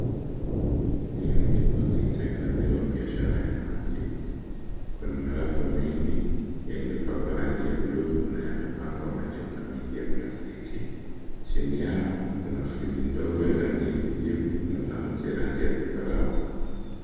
Hili ni chumba kilichohifadhiwa biashara ya maji. Kuna marafu mengi yaliyopakwa rangi ya buluu na yamepangwa machupa mengi ya plastiki. Chini yao kuna friji ndogo ya rangi ya kijivu na thermos ya rangi ya zambarau.